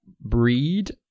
breed